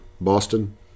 Boston